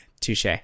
Touche